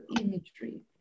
imagery